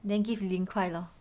then give 零快 lor